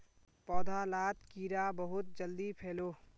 पौधा लात कीड़ा बहुत जल्दी फैलोह